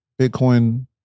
Bitcoin